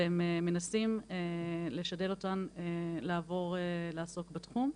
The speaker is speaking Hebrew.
והם מנסים לשדל אותן לעבור לעסוק בתחום.